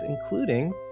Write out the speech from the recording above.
including